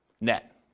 net